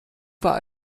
war